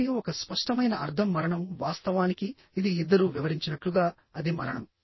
ఒకటిః ఒక స్పష్టమైన అర్థం మరణం వాస్తవానికి ఇది ఇద్దరూ వివరించినట్లుగా అది మరణం